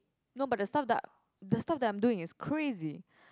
no but the stuff that the stuff that I'm doing is crazy